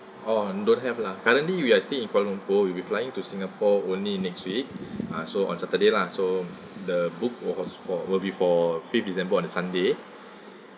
oh don't have lah currently we are still in kuala lumpur we'll be flying to singapore only next week uh so on saturday lah so the book was for will be for fifth december on the sunday